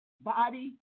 body